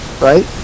right